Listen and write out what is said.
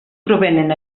provenen